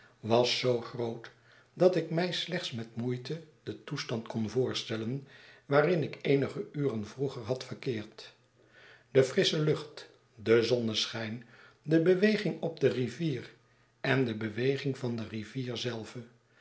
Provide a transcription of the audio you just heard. was zoo groot dat ik mij slechts met moeite den toestand kon voorstellen waarin ik eenige uren vroeger had verkeerd de frissche lucht de zonneschijn de beweging op de rivier en de beweging van de rivier zelve